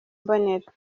mbonera